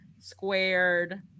squared